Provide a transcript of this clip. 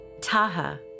Taha